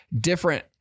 different